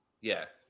Yes